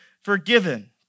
forgiven